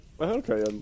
Okay